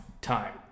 time